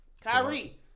Kyrie